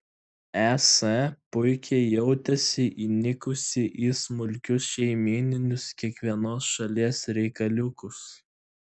es puikiai jautėsi įnikusi į smulkius šeimyninius kiekvienos šalies reikaliukus